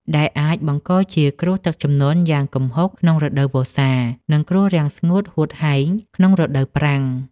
ដែលអាចបង្កជាគ្រោះទឹកជំនន់យ៉ាងគំហុកក្នុងរដូវវស្សា និងគ្រោះរាំងស្ងួតហួតហែងក្នុងរដូវប្រាំង។